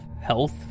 health